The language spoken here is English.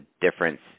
difference